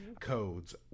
codes